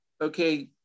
okay